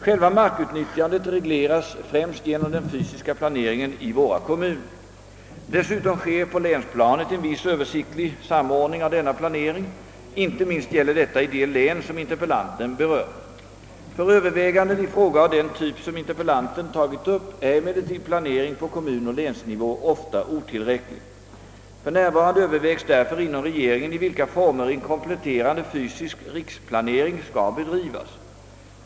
Själva markutnyttjandet regleras främst genom den fysiska planeringen i våra kommuner. Dessutom sker på länsplanet en viss översiktlig samordning av denna planering — inte minst gäller detta i de län som interpellanten berör. För överväganden i frågor av den typ som interpellanten tagit upp är emellertid planering på kommunoch länsnivå ofta otillräcklig. För närvarande övervägs därför inom regeringen i vilka former en kompletterande fysisk riksplanering skall bedrivas.